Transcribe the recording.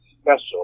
special